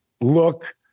look